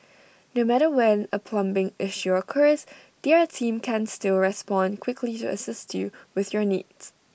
no matter when A plumbing issue occurs their team can still respond quickly to assist you with your needs